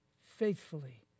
faithfully